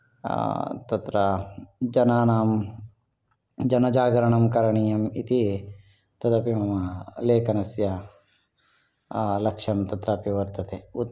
तत्र जनानां जनजागरणं करणीयम् इति तदपि मम लेखनस्य लक्ष्यं तत्रापि वर्तते